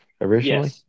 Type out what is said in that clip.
Originally